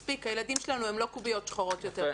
מספיק, הילדים שלנו הם לא קוביות שחורות יותר.